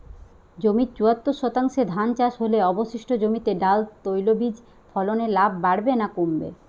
জমির চুয়াত্তর শতাংশে ধান চাষ হলে অবশিষ্ট জমিতে ডাল তৈল বীজ ফলনে লাভ বাড়বে না কমবে?